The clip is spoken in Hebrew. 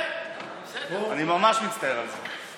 אני ממש מצטער עז זה.